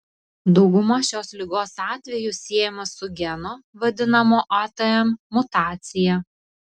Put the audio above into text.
dauguma šios ligos atvejų siejama su geno vadinamo atm mutacija